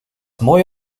mooi